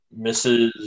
Mrs